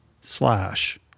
slash